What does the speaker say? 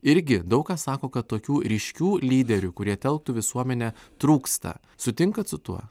irgi daug kas sako kad tokių ryškių lyderių kurie telktų visuomenę trūksta sutinkat su tuo